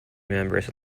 members